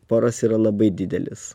poras yra labai didelis